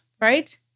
right